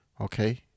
okay